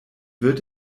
wird